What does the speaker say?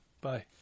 Bye